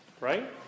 Right